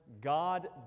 God